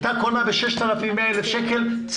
הייתה קונה 100,000 שקל ב-6,000.